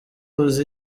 uzi